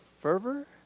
fervor